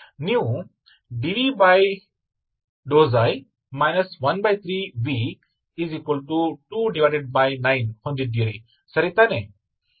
ನೀವು dvξ 13v29 ಹೊಂದಿದ್ದೀರಿ ಸರಿ ತಾನೇ